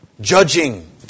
judging